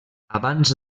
abans